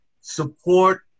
support